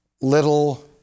little